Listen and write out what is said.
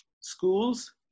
schools